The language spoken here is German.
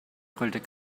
brüllte